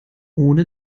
ohne